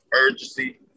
urgency